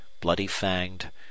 bloody-fanged